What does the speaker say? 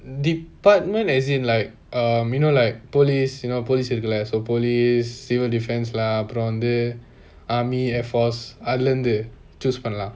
department as in like um you know like police you know police இருக்குல:irrukkula so police civil defence lah அப்ரம் வந்து:apram vanthu army air force அதுலேர்ந்து:athulerndhu choose பன்னலாம்:panalaam